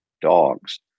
dogs